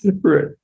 Right